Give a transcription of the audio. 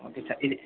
okay sir இது